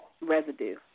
residue